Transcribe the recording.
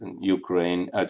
Ukraine